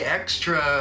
extra